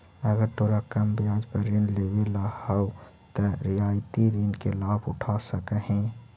अगर तोरा कम ब्याज पर ऋण लेवेला हउ त रियायती ऋण के लाभ उठा सकऽ हें